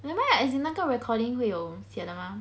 never mind lah as in 那个 recording 会有写的吗